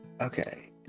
Okay